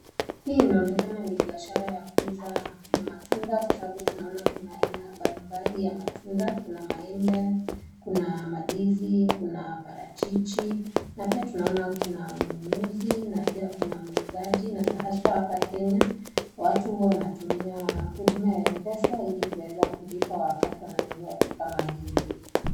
Hii inaonekana ni biashara ya kuuza matunda kwa sababu tunaona kuna aina mbalimbali ya matunda. Kuna maembe, kuna mandizi, kuna parachichi na pia tunaona kuna mnunuzi na pia kuna muuzaji na haswa hapa Kenya watu huwa wanatumia huduma ya M-pesa ili kuweza kulipa wakati wananuna vitu kama hizi.